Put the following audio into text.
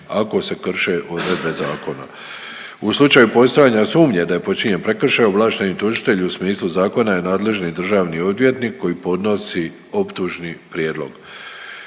ako se krše odredbe zakona. U slučaju postojanja sumnje da je počinjen prekršaj, ovlašteni tužitelj u smislu zakona je nadležni državni odvjetnik koji podnosi optužni prijedlog.